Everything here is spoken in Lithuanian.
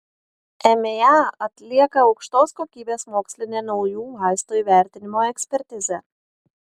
emea atlieka aukštos kokybės mokslinę naujų vaistų įvertinimo ekspertizę